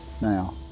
Now